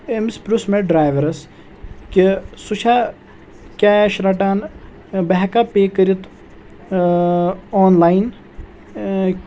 أمِس پرُژھ مےٚ ڈرایورَس کہِ سُہ چھا کیش رَٹان بہٕ ہٮ۪کا پے کٔرِتھ آنلایِن